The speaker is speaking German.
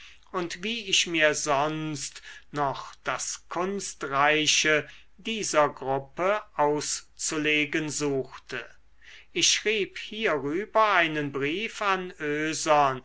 und wie ich mir sonst noch das kunstreiche dieser gruppe auszulegen suchte ich schrieb hierüber einen brief an oesern